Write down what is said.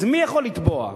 אז מי יכול לתבוע?